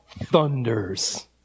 thunders